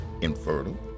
infertile